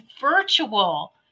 virtual